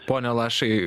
pone lašai